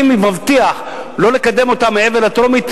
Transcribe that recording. אני מבטיח לא לקדם אותה מעבר לטרומית,